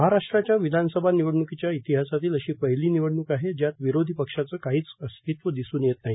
महाराष्ट्राच्या विधानसभा निवडणुकीच्या इतिहासातील अशी पहिली निवडणूक आहे ज्यात विरोधीपक्षाचे काहीच अस्तित्व दिसून येत नाही